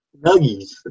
Nuggies